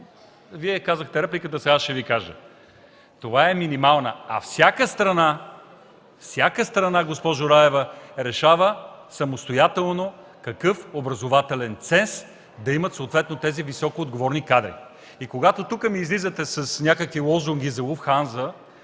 Вие казахте репликата, а сега аз ще Ви кажа: това е минималната. А всяка страна, госпожо Раева, решава самостоятелно какъв образователен ценз да имат съответно тези високоотговорни кадри. И когато тука ми излизате с някакви лозунги за „Луфтханза”